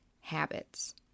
habits